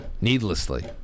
needlessly